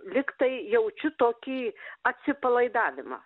lyg tai jaučiu tokį atsipalaidavimą